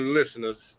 listeners